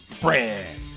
brand